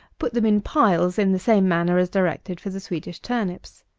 put them in pies, in the same manner as directed for the swedish turnips.